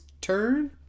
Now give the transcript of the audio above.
turn